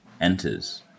enters